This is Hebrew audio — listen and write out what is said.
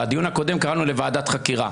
בדיון הקודם קראנו לוועדת חקירה.